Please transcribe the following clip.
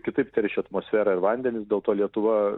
kitaip teršia atmosferą ir vandenis dėl to lietuva